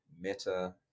meta